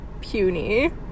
puny